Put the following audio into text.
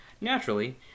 Naturally